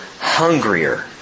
hungrier